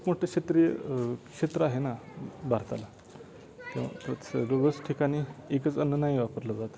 खूप मोठं क्षेत्रीय क्षेत्र आहे ना भारताला तर सर्वच ठिकाणी एकच अन्न नाही वापरलं जात